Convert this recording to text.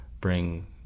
bring